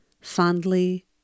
Fondly